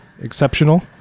exceptional